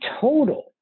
total